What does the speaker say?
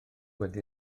wedi